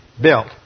built